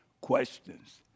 questions